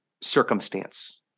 circumstance